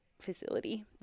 facility